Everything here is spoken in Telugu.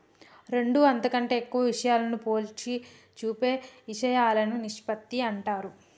రెండు అంతకంటే ఎక్కువ విషయాలను పోల్చి చూపే ఇషయాలను నిష్పత్తి అంటారు